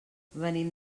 venim